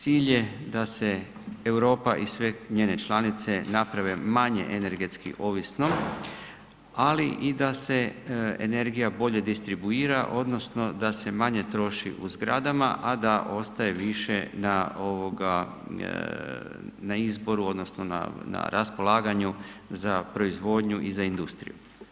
Cilj je da se Europa i sve njene članice naprave manje energetski ovisnom ali i da se energija bolje distribuira odnosno da se manje troši u zgradama a da ostaje više na izboru odnosno na raspolaganju za proizvodnju i za industriju.